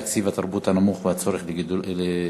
תקציב התרבות הנמוך והצורך להגדילו,